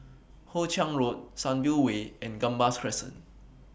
Hoe Chiang Road Sunview Way and Gambas Crescent